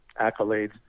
accolades